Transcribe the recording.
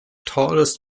tallest